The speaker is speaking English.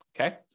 okay